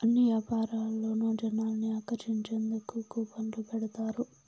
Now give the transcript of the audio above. అన్ని యాపారాల్లోనూ జనాల్ని ఆకర్షించేందుకు కూపన్లు పెడతారు